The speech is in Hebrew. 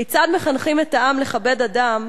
כיצד מחנכים את העם לכבד אדם